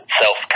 self